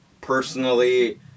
personally